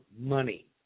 money